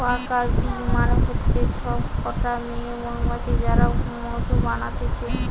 worker bee মানে হতিছে সব কটা মেয়ে মৌমাছি যারা মধু বানাতিছে